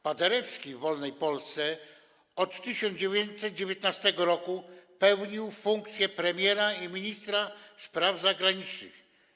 Paderewski w wolnej Polsce od 1919 r. pełnił funkcję premiera i ministra spraw zagranicznych.